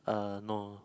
uh no